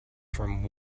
from